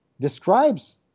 describes